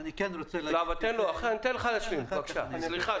אתם מבינים ששלילת רישיון יחזיר אותנו אחורה שנים בתהליך,